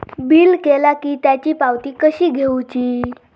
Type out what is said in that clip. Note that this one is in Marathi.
बिल केला की त्याची पावती कशी घेऊची?